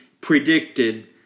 predicted